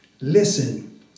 listen